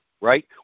right